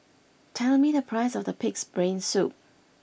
tell me the price of Pig'S Brain Soup